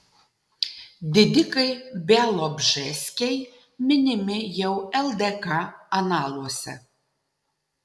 didikai bialobžeskiai minimi jau ldk analuose